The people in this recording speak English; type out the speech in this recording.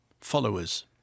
followers